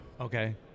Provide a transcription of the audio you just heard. Okay